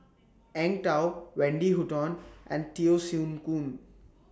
Eng Tow Wendy Hutton and Teo Soon